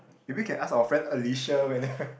maybe we can ask our friend Alicia whether